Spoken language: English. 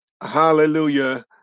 hallelujah